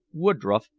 woodroffe,